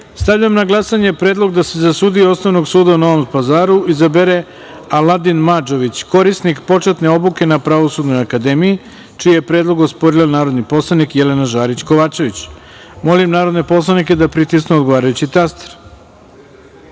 Pazaru. Stavljam na glasanje predlog da se za sudiju Osnovnog suda u Novom Pazaru izabere Aladin Madžović, korisnik početne obuke na Pravosudnoj akademiji, čiji je predlog osporila narodni poslanik Jelena Žarić Kovačević. Molim narodne poslanike da pritisnu odgovarajući